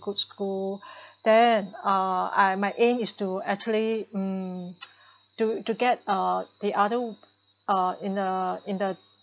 good school then uh I my aim is to actually mmhmm to to get uh the other uh in uh in the